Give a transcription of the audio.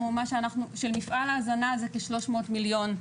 של מפעל ההזנה זה כ-300 מיליון.